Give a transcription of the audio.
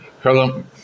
hello